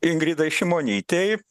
ingridai šimonytei